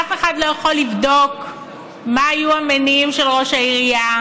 אף אחד לא יכול לבדוק מה היו המניעים של ראש העירייה,